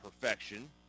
perfection